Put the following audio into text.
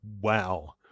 wow